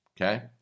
Okay